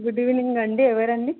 good evening అండి ఎవరు అండి